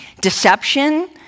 Deception